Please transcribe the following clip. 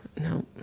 No